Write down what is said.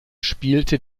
spielte